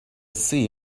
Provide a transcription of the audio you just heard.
see